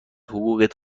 حقوقت